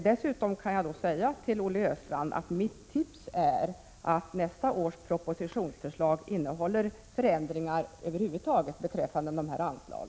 Dessutom är mitt tips till Olle Östrand att nästa års proposition skall innehålla förändringar över huvud taget beträffande dessa anslag.